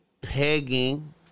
pegging